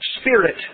spirit